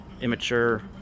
immature